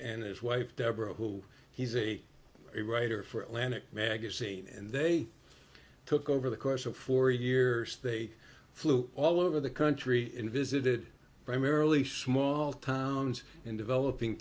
and his wife deborah who he's a writer for atlantic magazine and they took over the course of four years they flew all over the country visited primarily small towns in developing